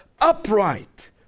upright